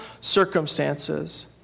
circumstances